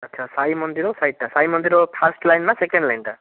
ଆଚ୍ଛା ସାଇ ମନ୍ଦିର ସାଇଟ୍ଟା Sai Mandir first line ନା ସେକେଣ୍ଡ ଲାଇନ୍ଟା